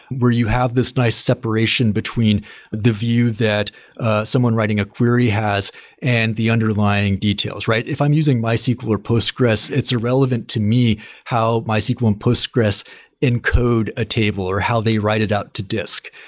where you have this nice separation between the view that someone writing a query has and the underlying details, right? if i'm using mysql or postgresql, it's irrelevant to me how mysql and postgresql encode a table, or how they write it out to disk.